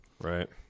Right